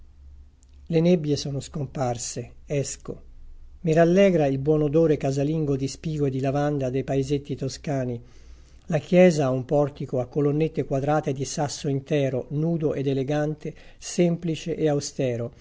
le nebbie sono scomparse esco i rallegra il buon odore casalingo di spigo e di lavanda dei paesetti toscani la chiesa ha un portico a colonnette quadrate di sasso intero nudo ed elegante semplice e austero